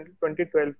2012